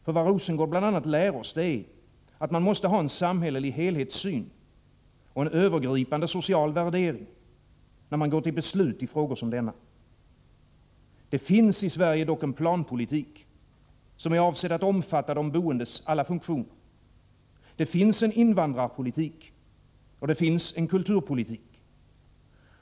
För vad Rosengård bl.a. lär oss är, att man måste ha en samhällelig helhetssyn och en övergripande social värdering när man går till beslut i frågor som denna. Det finns dock i Sverige en planpolitik, som är avsedd att omfatta boendets alla funktioner. Det finns en invandrarpolitik, och det finns en kulturpolitik.